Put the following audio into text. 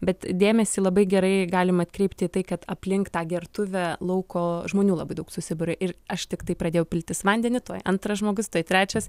bet dėmesį labai gerai galim atkreipti į tai kad aplink tą gertuvę lauko žmonių labai daug susiburia ir aš tiktai pradėjau piltis vandenį tuoj antras žmogus tuoj trečias